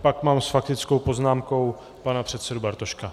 Pak mám s faktickou poznámkou pana předsedu Bartoška.